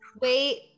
Wait